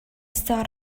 sort